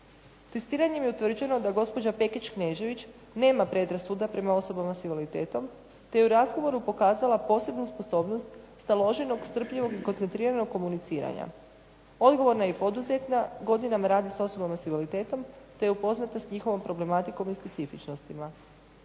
Testiranjem je utvrđeno da osoba Pekić-Knežević nema predrasuda prema osobama s invaliditetom te je u razgovoru pokazala posebnu sposobnost staloženog, strpljivog i koncentriranog komuniciranja. Odgovorna i poduzetna, godinama radi sa osobama sa invaliditetom, te je upoznata sa njihovom problematikom i specifičnostima.